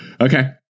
Okay